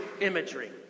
imagery